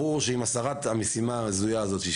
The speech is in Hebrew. ברור שעם הסרת המשימה ההזויה הזאת של